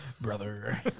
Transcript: Brother